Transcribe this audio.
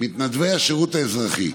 מתנדבי השירות האזרחי,